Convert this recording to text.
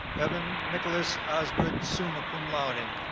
evan nicholas osgood summa cum laude and